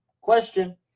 Question